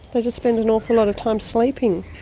they just spend an awful lot of time sleeping.